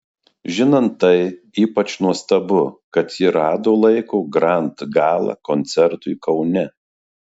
žinant tai ypač nuostabu kad ji rado laiko grand gala koncertui kaune